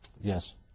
Yes